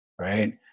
Right